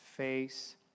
Face